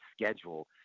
schedule